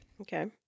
Okay